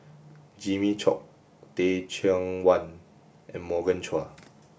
Jimmy Chok Teh Cheang Wan and Morgan Chua